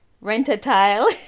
Rent-a-tile